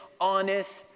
honest